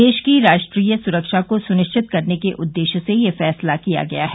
देश की राष्ट्रीय सुरक्षा को सुनिश्चित करने के उद्देश्य से यह फैसला किया गया है